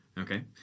Okay